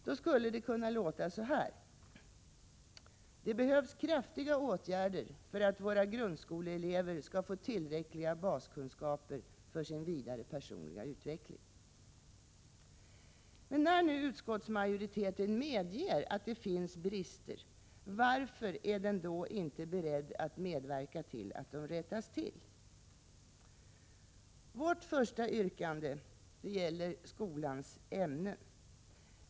Då skulle det kunna låta så här: ”Det behövs kraftiga åtgärder för att våra grundskoleelever skall få tillräckliga baskunskaper för sin vidare personliga utveckling.” När nu utskottsmajoriteten medger att det finns brister — varför är den då inte beredd att medverka till att de rättas till? Vårt första yrkande gäller skolans ämnen.